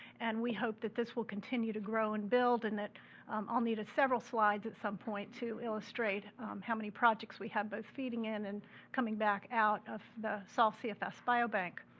and we hope that this will continue to grow and build, and that i'll need several slides at some point to illustrate how many projects we have, both feeding in an and coming back out of the solve cfs biobank.